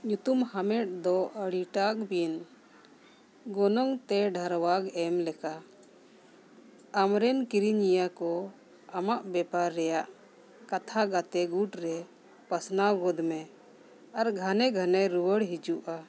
ᱧᱩᱛᱩᱢ ᱦᱟᱢᱮᱴ ᱫᱚ ᱟᱹᱰᱤᱴᱟᱜ ᱵᱤᱱ ᱜᱚᱱᱚᱝ ᱛᱮ ᱰᱷᱟᱨᱣᱟᱜ ᱮᱢ ᱞᱮᱠᱟ ᱟᱢ ᱨᱮᱱ ᱠᱤᱨᱤᱧᱤᱭᱟᱹ ᱠᱚ ᱟᱢᱟᱜ ᱵᱮᱯᱟᱨ ᱨᱮᱭᱟᱜ ᱠᱟᱛᱷᱟ ᱜᱟᱛᱮ ᱜᱩᱴ ᱨᱮ ᱯᱟᱥᱱᱟᱣ ᱜᱚᱫᱽ ᱢᱮ ᱟᱨ ᱜᱷᱟᱱᱮ ᱜᱷᱟᱱᱮ ᱨᱩᱣᱟᱹᱲ ᱦᱤᱡᱩᱜᱼᱟ